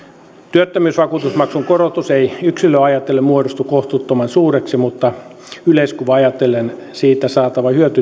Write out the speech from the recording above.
työttömyysvakuutusmaksun korotus ei ei yksilöä ajatellen muodostu kohtuuttoman suureksi mutta yleiskuvaa ajatellen siitä saatava hyöty